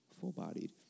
full-bodied